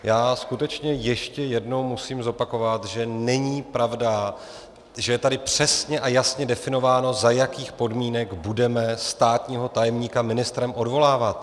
Já skutečně ještě jednou musím zopakovat, že není pravda, že je tady přesně a jasně definováno, za jakých podmínek budeme státního tajemníka ministrem odvolávat!